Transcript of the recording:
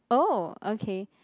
oh okay